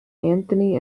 anthony